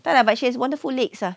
ya lah but she has wonderful legs ah